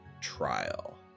trial